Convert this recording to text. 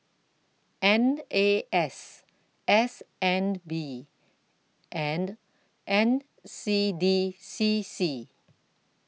N A S S N B and N C D C C